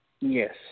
Yes